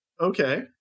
okay